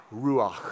Ruach